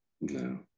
no